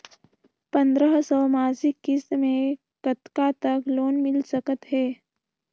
पंद्रह सौ मासिक किस्त मे कतका तक लोन मिल सकत हे?